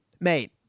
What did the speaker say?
mate